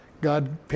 God